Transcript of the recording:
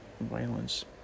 violence